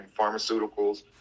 pharmaceuticals